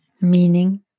Meaning